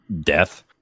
death